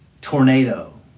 Tornado